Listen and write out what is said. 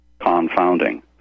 confounding